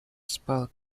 спал